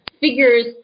figures